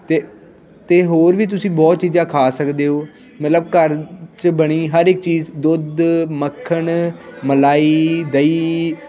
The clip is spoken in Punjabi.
ਅਤੇ ਅਤੇ ਹੋਰ ਵੀ ਤੁਸੀਂ ਬਹੁਤ ਚੀਜ਼ਾਂ ਖਾ ਸਕਦੇ ਹੋ ਮਤਲਬ ਘਰ 'ਚ ਬਣੀ ਹਰ ਇੱਕ ਚੀਜ਼ ਦੁੱਧ ਮੱਖਣ ਮਲਾਈ ਦਹੀਂ